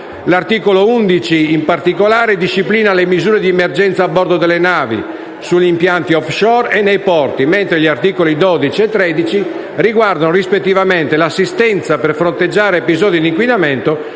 L'articolo 11, in particolare, disciplina le misure di emergenza a bordo delle navi, sugli impianti *offshore* e nei porti, mentre gli articoli 12 e 13 riguardano, rispettivamente, l'assistenza per fronteggiare episodi di inquinamento